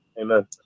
Amen